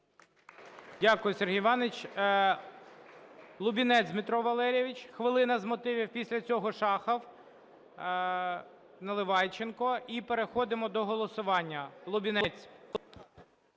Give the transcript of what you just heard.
Дякую, Сергій Іванович. Лубінець Дмитро Валерійович, хвилина з мотивів. Після цього Шахов, Наливайченко, і переходимо до голосування.